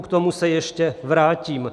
K tomu se ještě vrátím.